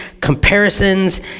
comparisons